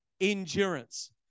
endurance